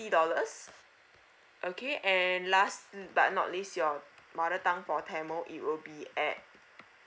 dollars okay and last but not least your mother tongue for tamil it will be at